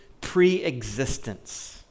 pre-existence